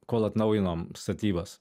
kol atnaujinom statybas